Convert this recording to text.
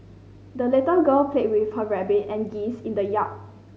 the little girl played with her rabbit and geese in the yard